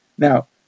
Now